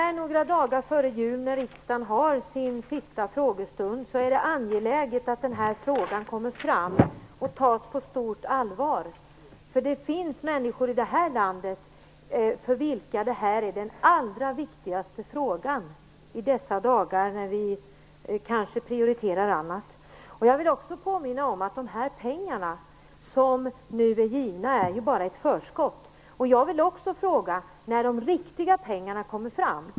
Fru talman! Så här några dagar före jul när riksdagen har sin sista frågestund är det angeläget att den här frågan diskuteras och tas på stort allvar. Det finns i vårt land, i dessa dagar när vi kanske prioriterar annat, människor för vilka det här är den allra viktigaste frågan. Jag vill också påminna om att de pengar som nu har betalats ut bara är ett förskott. Jag vill fråga när de riktiga pengarna kommer fram.